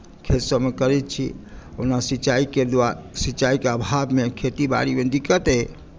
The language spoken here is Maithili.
खेतसभमे करैत छी ओना सिंचाईके द्वारा सिंचाईके अभावमे खेती बारीमे दिक्कत अछि